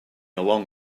along